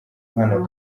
hano